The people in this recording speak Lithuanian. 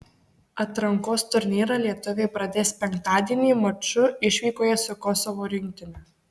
atrankos turnyrą lietuviai pradės penktadienį maču išvykoje su kosovo rinktine